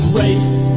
race